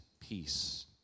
peace